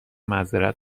معذرت